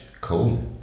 cool